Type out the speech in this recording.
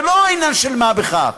זה לא עניין של מה בכך.